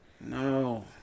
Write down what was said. No